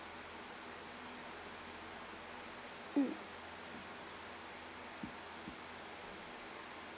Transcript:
mm